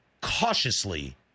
cautiously